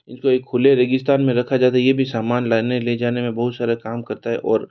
इनको एक खुले रेगिस्तान में रखा जाए तो यह भी सामान लाने ले जाने में बहुत सारा काम करता है और